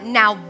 now